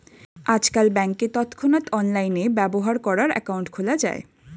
আজকাল ব্যাংকে তৎক্ষণাৎ অনলাইনে ব্যবহার করার অ্যাকাউন্ট খোলা যায়